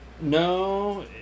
No